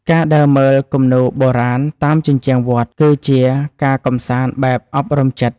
ការដើរមើលគំនូរបុរាណតាមជញ្ជាំងវត្ត គឺជាការកម្សាន្តបែបអប់រំចិត្ត។